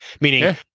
Meaning